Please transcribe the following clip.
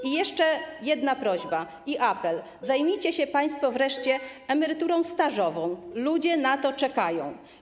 I jeszcze jedna prośba i apel: zajmijcie się państwo wreszcie emeryturą stażową - ludzie na to czekają.